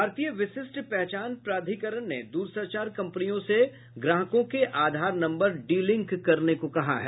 भारतीय विशिष्ठ पहचान प्राधिकरण ने दूरसंचार कम्पनियों से ग्राहकों के आधार नम्बर डीलिंक करने को कहा है